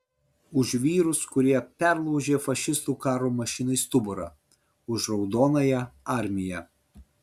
už vyrus kurie perlaužė fašistų karo mašinai stuburą už raudonąją armiją